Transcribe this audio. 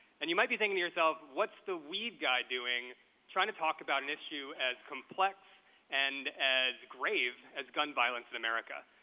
and you might be thinking to yourself, what's the weed guy doing trying to talk about an issue as complex and as grave as gun violence in america?